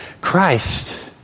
Christ